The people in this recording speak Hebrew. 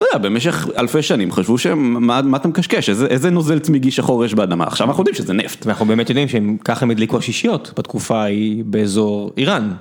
במשך אלפי שנים חשבו שהם מה אתה מקשקש? איזה נוזל צמיגי שחור יש באדמה? עכשיו אנחנו יודעים שזה נפט ואנחנו באמת יודעים שהם ככה הם הדליקו עשישיות בתקופה ההיא באיזור איראן.